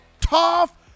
tough